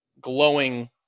glowing